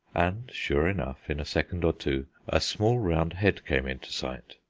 and, sure enough, in a second or two a small round head came into sight.